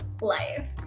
life